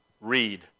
Read